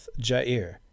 Jair